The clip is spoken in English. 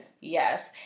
yes